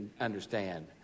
understand